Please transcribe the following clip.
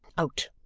out,